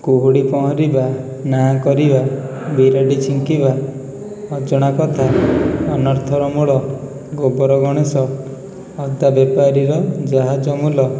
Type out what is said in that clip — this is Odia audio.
କୁହୁଡ଼ି ପହଁରିବା ନାଁ କରିବା ବିରାଡ଼ି ଛିଙ୍କିବା ଅଜଣା କଥା ଅନର୍ଥର ମୂଳ ଗୋବର ଗଣେଶ ଅଦା ବେପାରୀର ଜାହାଜ ମୂଲ